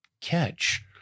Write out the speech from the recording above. catch